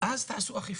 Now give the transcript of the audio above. אז תעשו אכיפה.